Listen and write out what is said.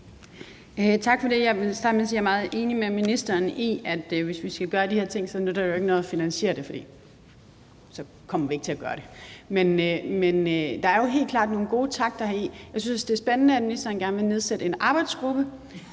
Tak for det. Jeg vil starte med at sige, at jeg er meget enig med ministeren i, at hvis vi skal gøre de her ting, nytter det jo ikke noget, at det ikke er finansieret, for så kommer vi ikke til at gøre det. Men der er jo helt klart nogle gode takter heri. Jeg synes, det er spændende, at ministeren gerne vil nedsætte en arbejdsgruppe,